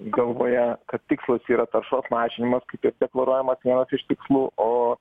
galvoje kad tikslas yra taršos mažinimas kaip jis deklaruojamas vienas iš tikslų o